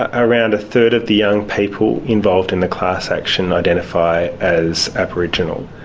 ah around a third of the young people involved in the class action identify as aboriginal,